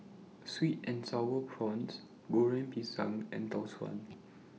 Sweet and Sour Prawns Goreng Pisang and Tau Suan